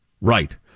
Right